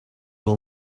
will